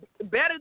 better